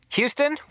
Houston